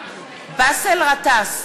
באסל גטאס,